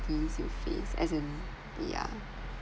you face as in yeah